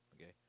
okay